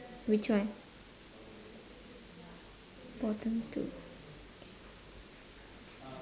which one bottom two